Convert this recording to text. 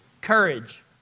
Courage